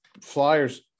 Flyers